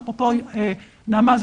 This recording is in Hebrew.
נעמה,